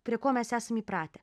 prie ko mes esam įpratę